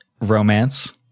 Romance